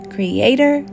Creator